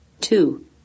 two